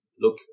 look